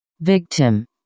Victim